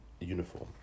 uniform